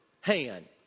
hand